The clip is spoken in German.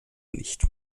nicht